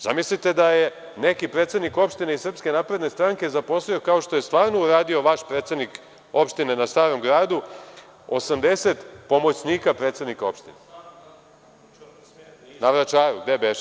Zamislite da je neki predsednik opštine iz SNS zaposlio kao što je stvarno uradio vaš predsednik opštine na Starom gradu 80 pomoćnika predsednika opštine, na Vračaru, gde beše?